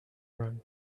run